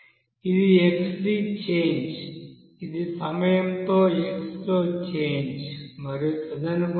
ఇది xD change ఇది సమయంతో x లో చేంజ్ మరియు తదనుగుణంగా xD